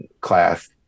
class